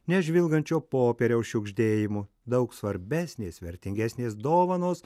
ne žvilgančio popieriaus šiugždėjimu daug svarbesnės vertingesnės dovanos